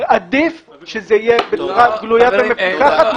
עדיף שזה יהיה בצורה גלויה ומפוקחת.